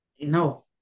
no